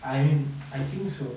I mean I think so